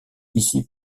ici